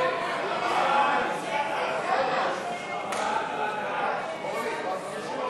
ההסתייגות של חברת הכנסת אורלי לוי אבקסיס לשם